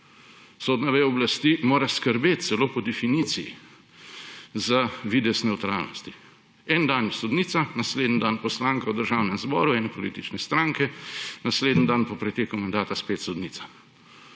Sodna veja oblasti mora skrbeti, celo po definiciji, za videz nevtralnosti. En dan je sodnica, naslednji dan poslanka v Državnem zboru ene politične stranke, naslednji dan po preteku mandata spet sodnica.